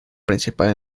principal